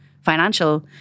financial